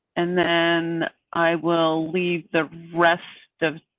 and then i will leave the rest of